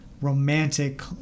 romantic